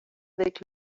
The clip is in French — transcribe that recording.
avec